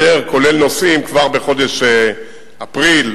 כולל נוסעים, כבר בחודש אפריל,